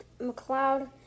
McLeod